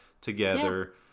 together